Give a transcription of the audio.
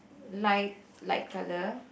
like light color